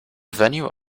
venue